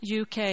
UK